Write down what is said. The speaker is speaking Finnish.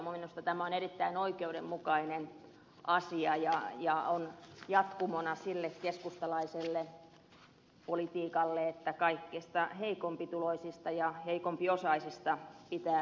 minusta tämä on erittäin oikeudenmukainen asia ja on jatkumona sille keskustalaiselle politiikalle että kaikista heikompituloisista ja heikompiosaisista pitää kantaa huolta